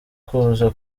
kuza